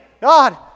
God